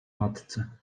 matce